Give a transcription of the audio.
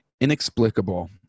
inexplicable